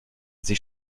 sich